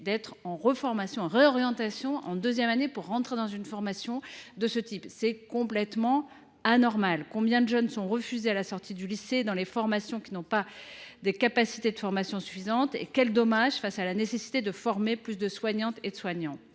d’être en réorientation en deuxième année si vous voulez entrer dans une formation de ce type. C’est complètement anormal ! Combien de jeunes sont refusés à la sortie du lycée dans les formations qui n’ont pas de capacités suffisantes ! Quel dommage face à la nécessité de former plus de soignantes et de soignants !